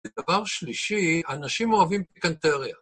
ודבר שלישי, אנשים אוהבים פיקנטריה.